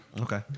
Okay